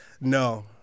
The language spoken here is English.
no